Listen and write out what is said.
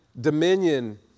dominion